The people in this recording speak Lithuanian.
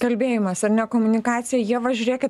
kalbėjimas ar ne komunikacija ieva žiūrėkit